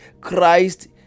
Christ